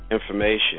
information